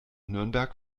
nürnberg